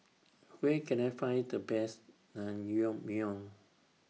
Where Can I Find The Best Naengmyeon